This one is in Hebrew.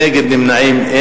אין נגד, אין נמנעים.